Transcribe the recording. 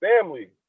family